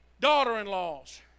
daughter-in-laws